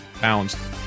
pounds